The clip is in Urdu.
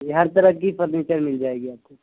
جی ہر طرح کی فرنیچر مل جائے گی آپ کو